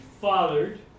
fathered